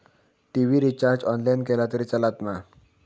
TV recharge online केला तरी चलात मा?